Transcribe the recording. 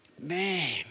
man